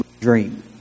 dream